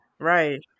Right